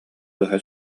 быһа